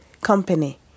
company